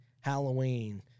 Halloween